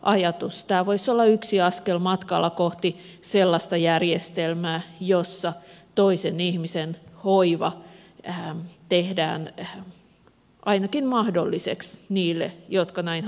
tämä voisi olla yksi askel matkalla kohti sellaista järjestelmää jossa toisen ihmisen hoiva tehdään ainakin mahdolliseksi niille jotka näin haluavat toimia